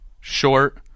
short